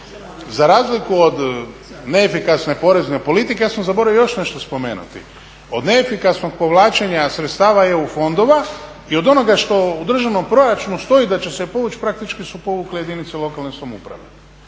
Za razliku od neefikasne porezne politike ja sam zaboravio još nešto spomenuti. Od neefikasnog povlačenja sredstava EU fondova i od onoga što u državnom proračunu stoji da će se povući praktički su povukle jedinice lokalne samouprave,